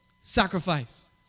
sacrifice